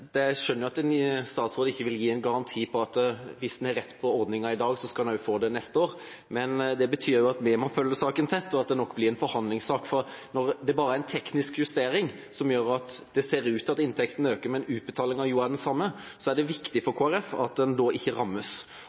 Jeg skjønner at en statsråd ikke vil gi en garanti for at hvis en har rett på ordninga i dag, skal en også få den neste år. Men det betyr også at vi må følge saken tett, og at det nok blir en forhandlingssak. Når det bare er en teknisk justering som gjør at det ser ut til at inntektene øker, mens utbetalinga jo er den samme, er det viktig for Kristelig Folkeparti at en da ikke rammes.